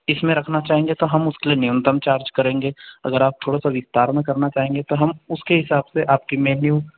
इसमें रखना चाहेंगे तो हम उसके लिए न्यूनतम चार्ज करेंगे अगर आप थोड़ा सा विस्तार में करना चाहेंगे तो हम उसके हिसाब से आपकी मेन्यू